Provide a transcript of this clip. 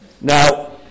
Now